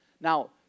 Now